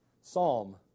Psalm